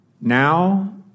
Now